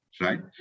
right